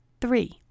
Three